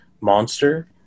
monster